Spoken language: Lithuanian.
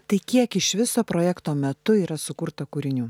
tai kiek iš viso projekto metu yra sukurta kūrinių